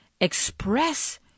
express